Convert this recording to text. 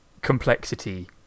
complexity